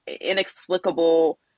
inexplicable